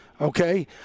Okay